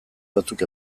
batzuk